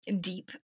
deep